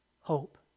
hope